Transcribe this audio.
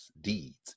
deeds